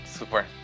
Super